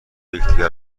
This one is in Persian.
یکدیگر